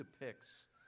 depicts